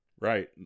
right